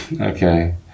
Okay